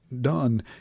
done